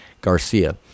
Garcia